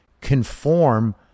conform